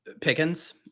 Pickens